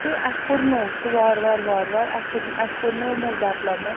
تہٕ اسہِ پُرنوو سُہ وار وار وار وار اسہِ ہیٛوک نہٕ اسہِ کٔر نٔو نٔو ڈیٚولپمیٚنٛٹ